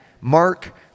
Mark